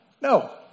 no